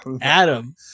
Adam